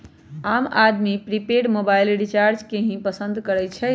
आम आदमी prepaid mobile recharge के ही पसंद करई छई